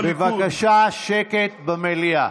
בבקשה שקט במליאה.